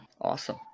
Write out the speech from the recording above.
Awesome